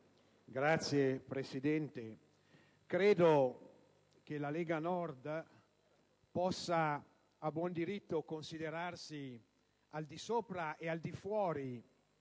Signor Presidente, credo che la Lega Nord possa a buon diritto considerarsi al di sopra e al di fuori